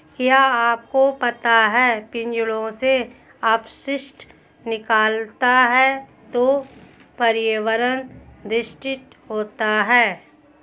क्या आपको पता है पिंजरों से अपशिष्ट निकलता है तो पर्यावरण दूषित होता है?